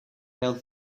held